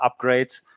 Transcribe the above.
upgrades